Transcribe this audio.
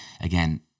again